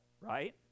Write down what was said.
right